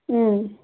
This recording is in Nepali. उम्